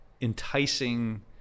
enticing